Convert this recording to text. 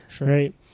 right